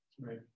right